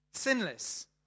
Sinless